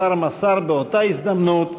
השר מסר באותה הזדמנות,